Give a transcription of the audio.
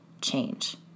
change